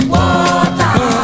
Water